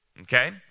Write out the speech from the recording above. okay